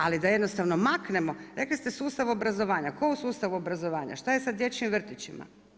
Ali da jednostavno maknemo, rekli ste sustav obrazovanja, tko u sustav obrazovanja, šta je sa dječjim vrtićima?